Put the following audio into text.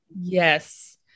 yes